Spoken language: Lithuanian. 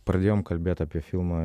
pradėjom kalbėt apie filmą